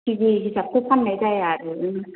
किजि हिसाबथ' फानाय जाया आरो